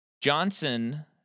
Johnson